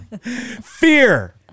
fear